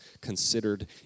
considered